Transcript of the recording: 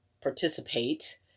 participate